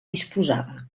disposava